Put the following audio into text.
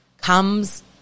Comes